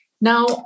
Now